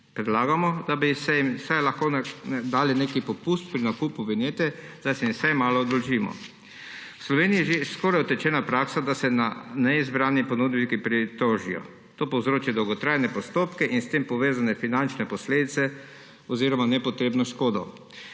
Predlagamo, da bi jim dali vsaj nek popust pri nakupu vinjete, da se jim vsaj malo oddolžimo. V Sloveniji je že skoraj utečena praksa, da se neizbrani ponudniki pritožijo. To povzroča dolgotrajne postopke in s tem povezane finančne posledice oziroma nepotrebno škodo.